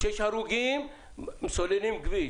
כשיש הרוגים סוללים כביש.